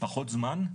פחות זמן?